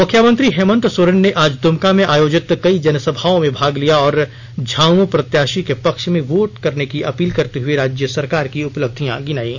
मुख्यमंत्री हेमंत सोरेन ने आज दुमका में आयोजित कई जनसभाओं में भाग लिया और झामुमो प्रत्याशी के पक्ष में वोट दने की अपील करते हुए राज्य सरकार की उपलब्धियां गिनाईं